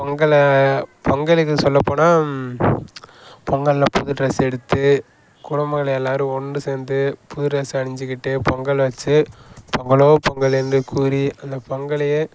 பொங்கலை பொங்கலுக்கு சொல்ல போனால் பொங்கல்ல புது ட்ரெஸ் எடுத்து குடும்பங்கள் எல்லாரும் ஒன்று சேந்து புது ட்ரெஸ் அணிஞ்சிகிட்டு பொங்கல் வச்சு பொங்கலோ பொங்கல் என்று கூறி அந்த பொங்கலையே